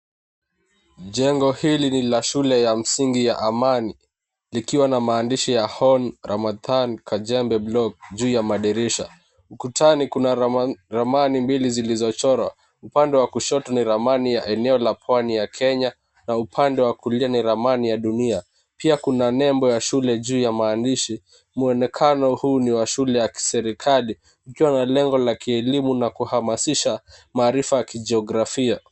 Jengo hili ni la shule ya msingi ya Amani likiwa na maandishi ya Hon Ramadhan Kajembe Block juu ya madirisha. Ukutani kuna ramani mbili zilizochorwa. Upande wa kushoto ni ramani ya eneo la Pwani ya Kenya na upande wa kulia ni ramani ya dunia. Pia kuna nembo ya shule juu ya maandishi. Muonekano huu ni wa shule ya kiserikali ukiwa na lengo la kielimu na kuhamasisha maarifa ya kijiografia.